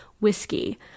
whiskey